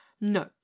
No